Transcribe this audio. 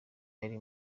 yari